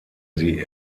sie